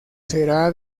será